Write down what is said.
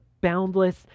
boundless